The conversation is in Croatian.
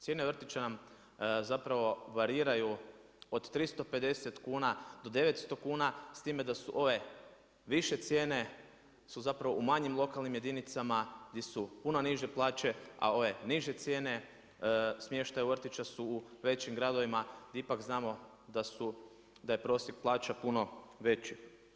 Cijene vrtića nam zapravo variraju, od 350 kuna do 900 kuna, s time da su ove više cijene, su zapravo u manjim lokalnim jedinicama, di su puno niže plaće, a ove niže cijene, smještaja u vrtiću su u većim gradovima, di ipak znamo da su, da je prosjek plaća puno veći.